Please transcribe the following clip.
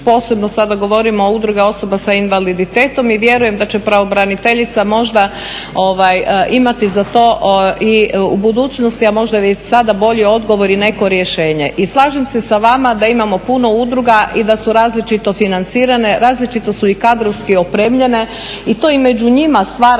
posebno sada govorimo udruge osoba s invaliditetom i vjerujem da će pravobraniteljica možda imati za to i u budućnosti, a možda već i sada bolji odgovor i neko rješenje. I slažem se sa vama da imamo puno udruga i da su različito financirane, različito su i kadrovski opremljene i to i među njima stvara